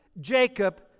jacob